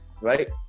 right